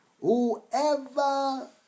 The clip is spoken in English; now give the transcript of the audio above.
Whoever